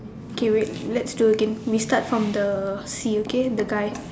okay wait let's do again we start from the sea okay the guy